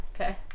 Okay